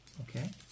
Okay